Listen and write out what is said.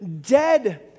dead